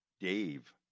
Dave